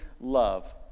love